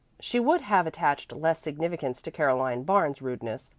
she would have attached less significance to caroline barnes's rudeness,